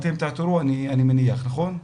אתם תעתרו, אני מניח, נכון?